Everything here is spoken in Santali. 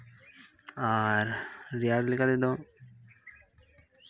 ᱟᱨ ᱨᱮᱭᱟᱲ ᱞᱮᱠᱟ ᱛᱮᱫᱚ